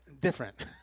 different